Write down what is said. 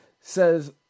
says